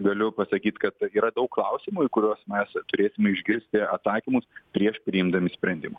galiu pasakyt kad yra daug klausimų į kuriuos mes turėsime išgirsti atsakymus prieš priimdami sprendimą